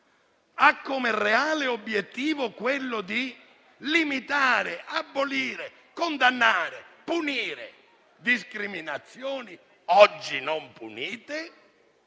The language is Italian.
ha come reale obiettivo quello di limitare, abolire, condannare, punire discriminazioni oggi non punite,